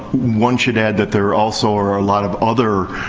one should add that there also are a lot of other